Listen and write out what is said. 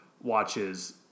watches